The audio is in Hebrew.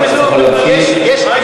חבר